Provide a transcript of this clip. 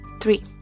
three